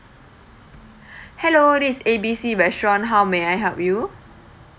hello this is A B C restaurant how may I help you